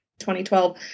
2012